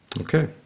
okay